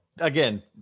again